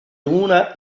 una